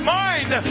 mind